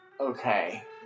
Okay